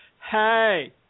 hey